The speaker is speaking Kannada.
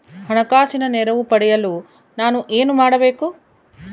ಹಣಕಾಸಿನ ನೆರವು ಪಡೆಯಲು ನಾನು ಏನು ಮಾಡಬೇಕು?